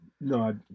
No